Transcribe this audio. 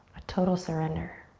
a total surrender.